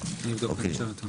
שהייתה אמורה להיכנס.